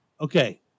Okay